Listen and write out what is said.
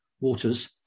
waters